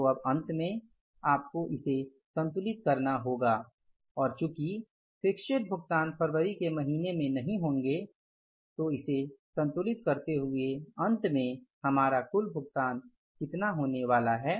तो अब अंत में आपको इसे संतुलित करना होगा और चुकी फिक्स्चेर भुगतान फरवरी के महीने में नहीं होंगे तो इसे संतुलित करते हुए अंत में हमारा कुल भुगतान कितना होने वाला है